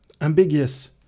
ambiguous